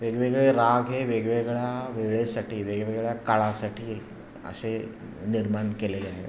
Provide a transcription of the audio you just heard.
वेगवेगळे राग हे वेगवेगळ्या वेळेसाठी वेगवेगळ्या काळासाठी असे निर्माण केले आहेत